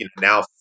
now